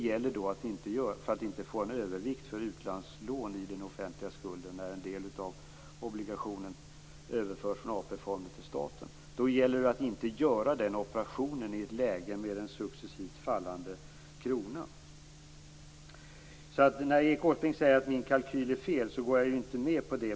För att inte få en övervikt för utlandslån i den offentliga skulden, när en del av obligationen överförs från AP-fonden till staten, gäller det att inte göra den operationen i ett läge med en successivt fallande krona. Jag håller inte med Erik Åsbrink, som säger att min kalkyl är felaktig.